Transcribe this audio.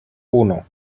uno